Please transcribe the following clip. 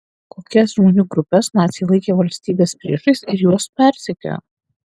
kokias žmonių grupes naciai laikė valstybės priešais ir juos persekiojo